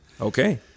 Okay